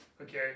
Okay